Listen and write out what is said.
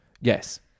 Yes